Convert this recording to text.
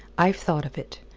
i've thought of it.